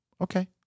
Okay